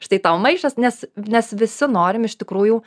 štai tau maišas nes mes visi norim iš tikrųjų